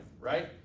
right